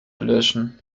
löschen